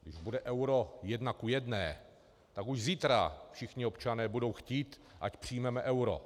Když bude euro jedna ku jedné, tak už zítra všichni občané budou chtít, ať přijmeme euro.